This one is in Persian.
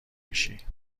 میشی